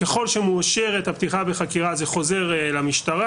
ככל שמאושרת הפתיחה בחקירה זה חוזר למשטרה.